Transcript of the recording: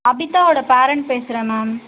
அபிதாவோடய parent பேசுகிறேன் ma'am